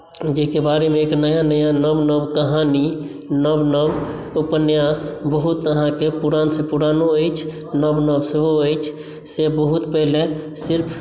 जाहिके बारेमे एक नया नया नव नव कहानी नव नव उपन्यास बहुत अहाँकेँ पुरानसँ पुरानो अछि नव नव सेहो अछि से बहुत पहिने सिर्फ